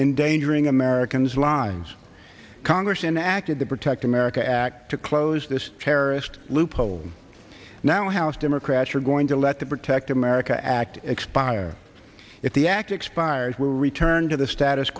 in danger ing americans lines congress enacted the protect america act to close this terrorist loophole now house democrats are going to let the protect america act expire if the act expires we'll return to the status